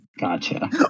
Gotcha